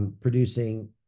producing